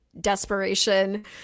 desperation